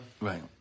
Right